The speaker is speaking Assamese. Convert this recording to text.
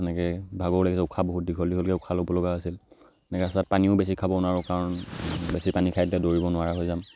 এনেকৈ ভাগৰো লাগিছে উশাহ বহুত দীঘল দীঘলকে উশাহ ল'ব লগা হৈছিল তেনেকৈ ৰাস্তাত পানীও বেছি খাব নোৱাৰোঁ কাৰণ বেছি পানী খাই দিলে দৌৰিব নোৱাৰা হৈ যাম